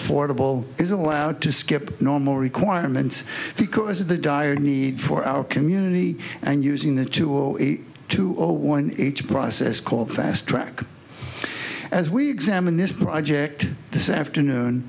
affordable is allowed to skip normal requirements because of the dire need for our community and using the two zero eight two zero one each process called fast track as we examine this project this afternoon